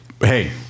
Hey